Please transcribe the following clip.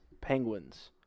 penguins